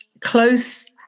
close